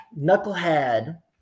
Knucklehead